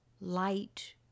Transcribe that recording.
light